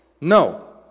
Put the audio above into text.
No